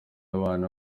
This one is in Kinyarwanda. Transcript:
abana